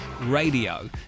radio